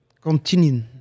continue